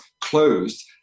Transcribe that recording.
closed